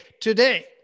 today